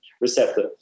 receptor